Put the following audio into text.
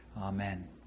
Amen